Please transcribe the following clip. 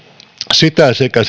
sitä sekä